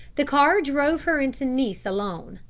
the car drove her into nice alone.